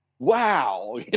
wow